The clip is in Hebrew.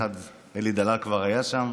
אלי דלל כבר היה שם,